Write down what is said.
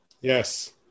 Yes